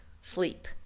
sleep